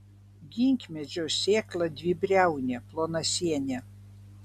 ginkmedžio sėkla dvibriaunė plonasienė